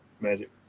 Magic